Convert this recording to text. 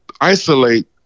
isolate